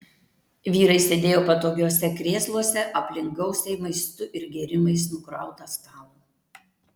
vyrai sėdėjo patogiuose krėsluose aplink gausiai maistu ir gėrimais nukrautą stalą